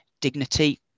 dignity